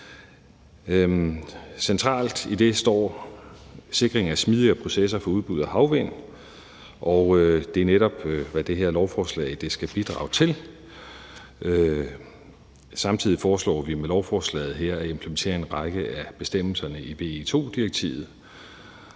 Centralt i det står sikring af smidigere processer for udbud af havvind, og det er netop, hvad det her lovforslag skal bidrage til. Samtidig foreslår vi med lovforslaget her at implementere en række af bestemmelserne i VE II-direktivet.